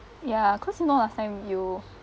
ya cause you know last time you